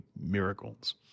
miracles